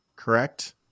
correct